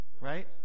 right